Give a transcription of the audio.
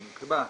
הוא נקבע,